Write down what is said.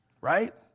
right